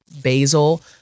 basil